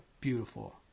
beautiful